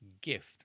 Gift